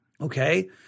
Okay